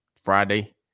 Friday